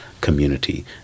community